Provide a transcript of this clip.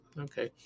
Okay